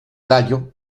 gallo